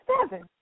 seven